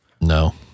No